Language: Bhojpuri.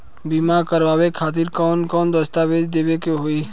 बीमा करवाए खातिर कौन कौन दस्तावेज़ देवे के होई?